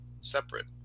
separate